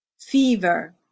fever